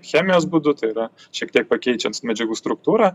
chemijos būdu tai yra šiek tiek pakeičiants medžiagų struktūrą